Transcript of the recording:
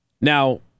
Now